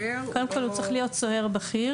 קודם כל הוא צריך להיות סוהר בכיר.